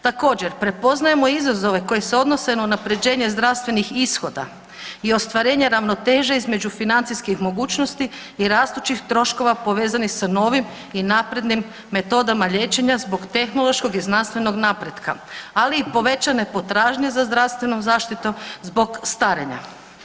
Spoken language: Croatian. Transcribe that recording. Također prepoznajemo izazove koje se odnose na unapređenje zdravstvenih ishoda i ostvarenja ravnoteže između financijskih mogućnosti i rastućih troškova povezanih sa novim i naprednim metodama liječenja zbog tehnološkog i znanstvenog napretka, ali i povećane potražnje za zdravstvenom zaštitom zbog starenja.